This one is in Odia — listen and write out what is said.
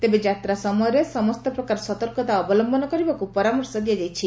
ତେବେ ଯାତ୍ରା ସମୟରେ ସମସ୍ତ ପ୍ରକାର ସତର୍କତା ଅବଲୟନ କରିବାକୁ ପରାମର୍ଶ ଦିଆଯାଇଛି